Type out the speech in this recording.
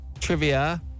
trivia